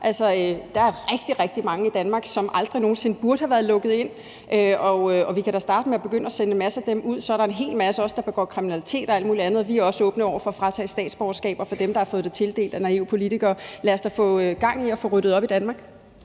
Der er rigtig, rigtig mange i Danmark, som aldrig nogen sinde burde have været lukket ind, og vi kan da starte med at begynde at sende en masse af dem ud. Så er der også en hel masse, der begår kriminalitet og alt muligt andet, og vi er også åbne over for at fratage statsborgerskaber fra dem, der har fået det tildelt af naive politikere. Lad os da få gang i at få ryddet op i Danmark.